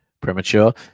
premature